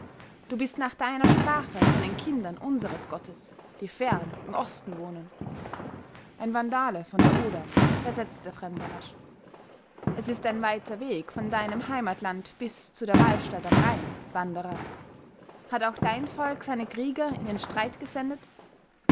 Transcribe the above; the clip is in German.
du bist nach deiner sprache von den kindern unseres gottes die fern im osten wohnen ein vandale von der oder versetzte der fremde rasch es ist ein weiter weg von deinem heimatland bis zu der walstatt am rhein wanderer hat auch dein volk seine krieger in den streit gesendet